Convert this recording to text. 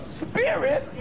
spirit